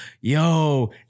yo